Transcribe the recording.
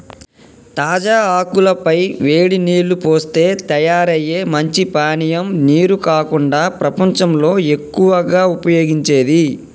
తాజా ఆకుల పై వేడి నీల్లు పోస్తే తయారయ్యే మంచి పానీయం నీరు కాకుండా ప్రపంచంలో ఎక్కువగా ఉపయోగించేది